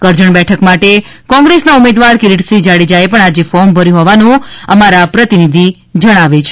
કરજણ બેઠક માટે કોંગ્રેસના ઉમેદવાર કિરીટસિંહ જાડેજા એ પણ આજે ફોર્મ ભર્યું હોવાનું અમારા પ્રતિનિધિ જણાવે છે